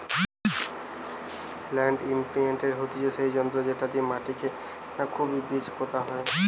land ইমপ্রিন্টের হতিছে সেই যন্ত্র যেটি দিয়া মাটিকে না খুবই বীজ পোতা হয়